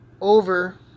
over